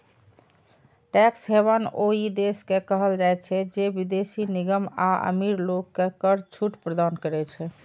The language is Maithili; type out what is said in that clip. टैक्स हेवन ओइ देश के कहल जाइ छै, जे विदेशी निगम आ अमीर लोग कें कर छूट प्रदान करै छै